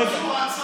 ראית את הסרטון?